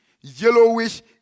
yellowish